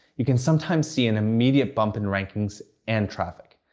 you can sometimes see an immediate bump in rankings and traffic.